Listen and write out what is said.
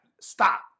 stop